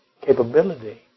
capability